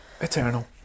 Eternal